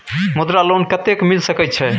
मुद्रा लोन कत्ते मिल सके छै?